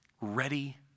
ready